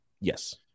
Yes